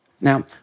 Now